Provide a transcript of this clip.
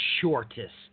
shortest